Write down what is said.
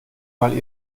mal